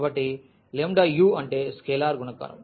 కాబట్టి ఈ u అంటే స్కేలార్ గుణకారం